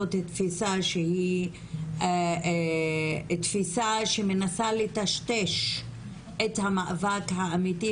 זו תפיסה שהיא תפיסה שמנסה לטשטש את המאבק האמיתי,